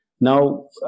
Now